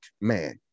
man